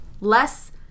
less